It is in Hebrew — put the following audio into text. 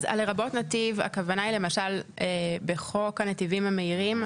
אז ה-"לרבות נתיב" הכוונה היא למשל בחוק הנתיבים המהירים,